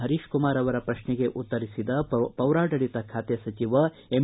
ಹರೀಶ್ ಕುಮಾರ್ ಅವರ ಪ್ರಶ್ನೆಗೆ ಉತ್ತರಿಸಿದ ಪೌರಾಡಳತ ಖಾತೆ ಸಚಿವ ಎಂ